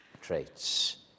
traits